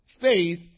faith